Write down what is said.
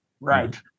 right